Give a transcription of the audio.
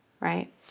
right